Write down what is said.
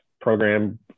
program